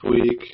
week